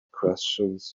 questions